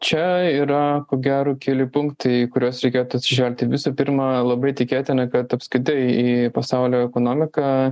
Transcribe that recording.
čia yra ko gero keli punktai į kuriuos reikėtų atsižvelgti visų pirma labai tikėtina kad apskritai į pasaulio ekonomiką